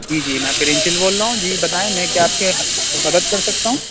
جی جی میں پرنسپل بول رہا ہوں جی بتائیں میں کیا آپ کے مدد کر سکتا ہوں